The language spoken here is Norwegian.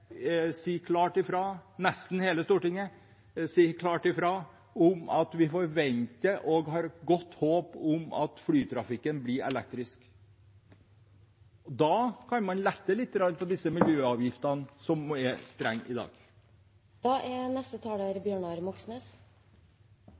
klart ifra om at vi forventer og har godt håp om at flytrafikken blir elektrisk. Da kan man lette litt på disse miljøavgiftene, som er strenge i dag. Norge er